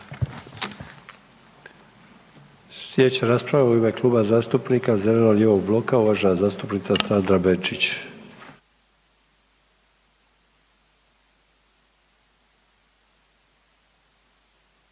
Slijedeća rasprava u ime Kluba zastupnika zeleno-lijevog bloka uvažena zastupnica Sandra Benčić.